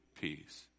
peace